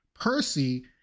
Percy